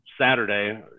Saturday